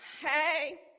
hey